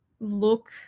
look